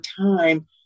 time